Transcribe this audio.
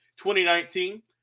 2019